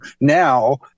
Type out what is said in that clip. now